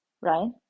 right